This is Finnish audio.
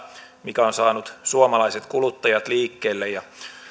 mikä on saanut suomalaiset kuluttajat liikkeelle